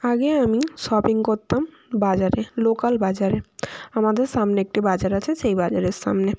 আগে আমি শপিং করতাম বাজারে লোকাল বাজারে আমাদের সামনে একটি বাজার আছে সেই বাজারের সামনে